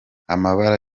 amabara